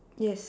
yes